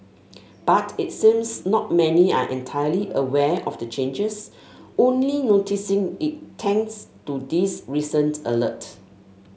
but it seems not many are entirely aware of the changes only noticing it thanks to this recent alert